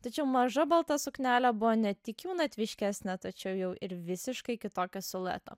tačiau maža balta suknelė buvo ne tik jaunatviškesnė tačiau jau ir visiškai kitokio silueto